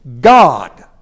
God